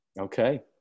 Okay